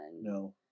No